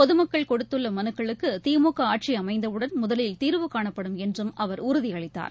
பொதுமக்கள் கொடுத்துள்ள மனுக்களுக்கு திமுக ஆட்சி அமைந்தவுடன் முதலில் தீர்வு காணப்படும் என்றும் அவர் உறுதியளித்தார்